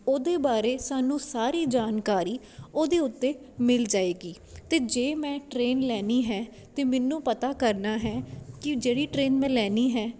ਉਹਦੇ ਬਾਰੇ ਸਾਨੂੰ ਸਾਰੀ ਜਾਣਕਾਰੀ ਉਹਦੇ ਉੱਤੇ ਮਿਲ ਜਾਵੇਗੀ ਅਤੇ ਜੇ ਮੈਂ ਟ੍ਰੇਨ ਲੈਣੀ ਹੈ ਅਤੇ ਮੈਨੂੰ ਪਤਾ ਕਰਨਾ ਹੈ ਕਿ ਜਿਹੜੀ ਟ੍ਰੇਨ ਮੈਂ ਲੈਣੀ ਹੈ